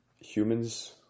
humans